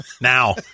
now